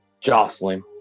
jostling